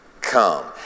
come